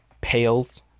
pails